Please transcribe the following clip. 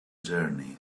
journey